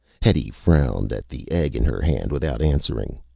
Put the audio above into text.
hetty frowned at the egg in her hand without answering.